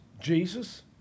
Jesus